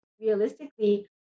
realistically